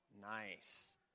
Nice